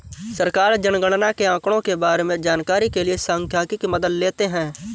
सरकार जनगणना के आंकड़ों के बारें में जानकारी के लिए सांख्यिकी की मदद लेते है